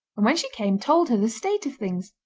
and when she came, told her the state of things.